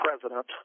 president